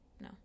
No